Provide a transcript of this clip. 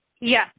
Yes